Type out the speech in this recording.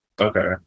Okay